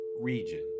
region